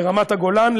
ברמת-הגולן,